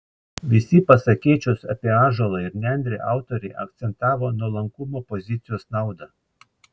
visi pasakėčios apie ąžuolą ir nendrę autoriai akcentavo nuolankumo pozicijos naudą